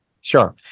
Sure